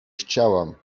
chciałam